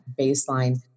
baseline